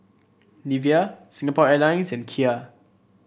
Nivea Singapore Airlines and Kia